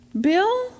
Bill